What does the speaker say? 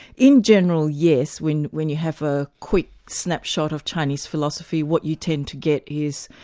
in general yes, when when you have a quick snapshot of chinese philosophy what you tend to get is,